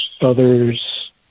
others